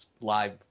live